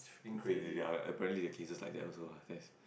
ya ya apparently there're cases like that also lah yes